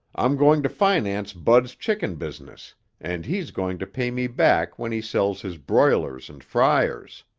i'm going to finance bud's chicken business and he's going to pay me back when he sells his broilers and fryers.